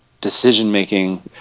decision-making